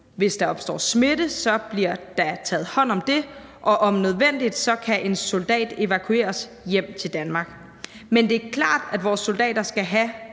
Hvis der opstår smitte, bliver der taget hånd om det, og om nødvendigt kan en soldat evakueres hjem til Danmark. Men det er klart, at vores soldater skal have